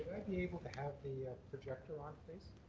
i be able to have the projector on, please?